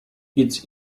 its